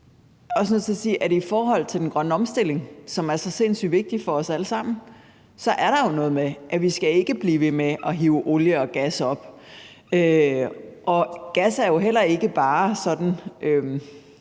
at er det i forhold til den grønne omstilling, som er så sindssyg vigtigt for os alle sammen, så er der jo noget med, at vi ikke skal blive ved med at hive olie og gas op. Og det kræver jo også